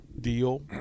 deal